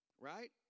Right